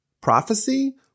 prophecy